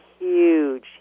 Huge